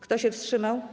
Kto się wstrzymał?